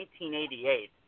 1988